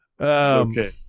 okay